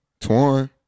Torn